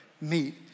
meet